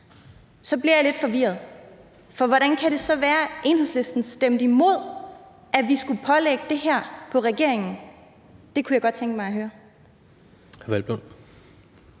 Så bliver jeg lidt forvirret, for hvordan kan det så være, at Enhedslisten stemte imod, at vi skulle pålægge regeringen det her? Det kunne jeg godt tænke mig at høre.